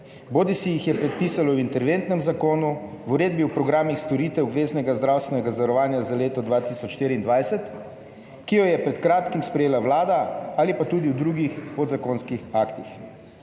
bodisi jih je predpisalo v interventnem zakonu, v uredbi o programih storitev obveznega zdravstvenega zavarovanja za leto 2024, ki jo je pred kratkim sprejela Vlada, ali pa tudi v drugih podzakonskih aktih.